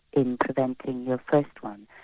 in preventing your first one.